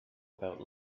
about